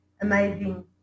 amazing